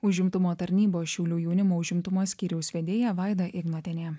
užimtumo tarnybos šiaulių jaunimo užimtumo skyriaus vedėja vaida ignotienė